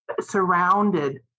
surrounded